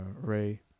Ray